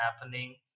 happening